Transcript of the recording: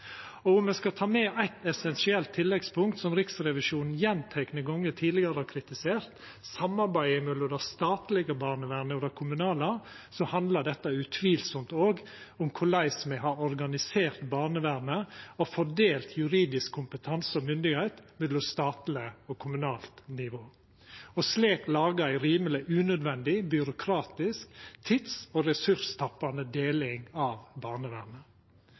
Om me skal ta med eitt essensielt tilleggspunkt som Riksrevisjonen gjentekne gonger tidlegare har kritisert, nemleg samarbeidet mellom det statlege og det kommunale barnevernet, handlar dette utvilsamt òg om korleis me har organisert barnevernet og fordelt juridisk kompetanse og myndigheit mellom statleg og kommunalt nivå, og slik laga ei rimeleg unødvendig byråkratisk tids- og ressurstappande deling av barnevernet.